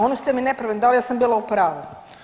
Ono što mi nepravedno, da ali ja sam bila u pravu.